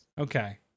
okay